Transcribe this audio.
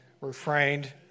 refrained